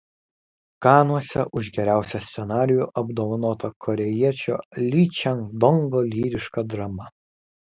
kanuose už geriausią scenarijų apdovanota korėjiečio ly čang dongo lyriška drama